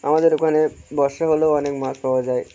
আমাদের ওখানে বর্ষা হলেও অনেক মছ পাওয়া যায়